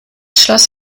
schloss